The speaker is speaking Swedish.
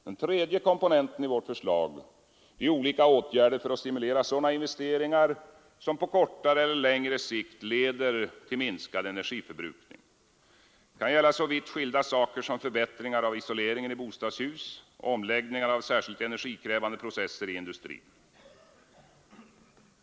Den tredje komponenten i vårt förslag är olika åtgärder för att stimulera sådana investeringar som på kortare eller längre sikt leder till minskad energiförbrukning. Det kan gälla så vitt skilda saker som förbättringar av isoleringen i bostadshus och omläggningar av särskilt energikrävande processer i industrin.